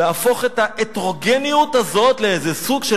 להפוך את ההטרוגניות הזאת לאיזה סוג של